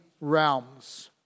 realms